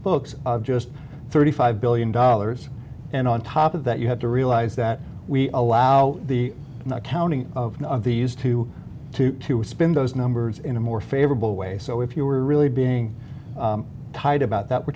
books just thirty five billion dollars and on top of that you have to realize that we allow the counting of these two to spin those numbers in a more favorable way so if you are really being tied about that we're